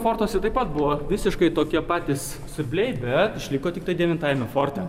fortuose taip pat buvo visiškai tokie patys siurbliai bet išliko tiktai devintajame forte